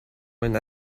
when